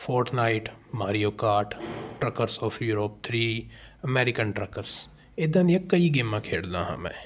fortnight Mario Kart Truckers of Europe American Truckers ਇੱਦਾਂ ਦੀਆਂ ਕਈ ਗੇਮਾਂ ਖੇਡਦਾ ਹਾਂ ਮੈਂ